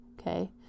Okay